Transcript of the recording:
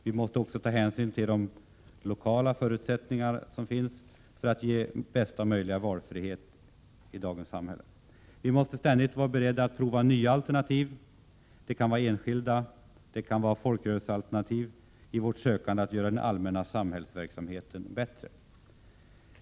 Vi måste också ta hänsyn till de lokala förutsättningar som finns för att kunna ge bästa möjliga valfrihet i dagens samhälle. Vi måste ständigt vara beredda att pröva nya alternativ — det kan vara enskilda alternativ eller folkrörelsealternativ — i våra försök att göra den allmänna samhällsverksamheten bättre.